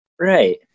Right